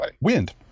Wind